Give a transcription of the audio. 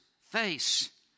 face